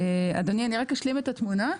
אדוני, אני רק אשלים את התמונה?